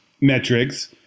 metrics